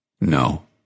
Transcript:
No